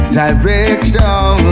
direction